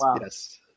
Yes